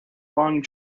long